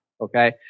Okay